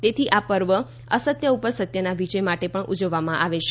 તેથી આ પર્વ અસત્ય ઉપર સત્યના વિજય માટે પણ ઉજવવામાં આવે છે